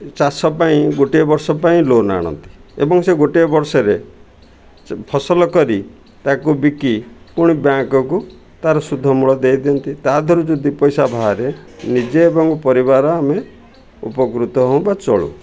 ଚାଷ ପାଇଁ ଗୋଟିଏ ବର୍ଷ ପାଇଁ ଲୋନ୍ ଆଣନ୍ତି ଏବଂ ସେ ଗୋଟିଏ ବର୍ଷରେ ଫସଲ କରି ତାକୁ ବିକି ପୁଣି ବ୍ୟାଙ୍କ୍କୁ ତାର ଶୁଦ୍ଧ ମୂଳ ଦେଇଦିଅନ୍ତି ତା ଧରୁ ଯଦି ଦି ପଇସା ବାହାରେ ନିଜେ ଏବଂ ପରିବାର ଆମେ ଉପକୃତ ହେଉ ବା ଚଳୁ